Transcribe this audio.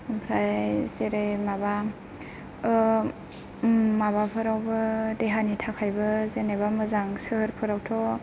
ओमफ्राय जेरै माबा माबाफोरावबो देहानि थाखायबो जेन'बा मोजां सोहोरफोरावथ'